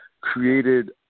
created